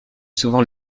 souvent